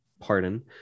pardon